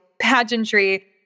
pageantry